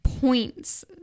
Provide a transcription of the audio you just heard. points